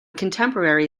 contemporary